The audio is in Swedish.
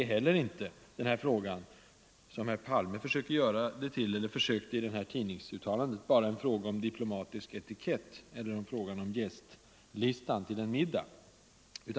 Men det är inte heller — som herr Palme i tidningsuttalandet försökte göra det till — bara en fråga om diplomatisk etikett eller om gästlistan till en middag.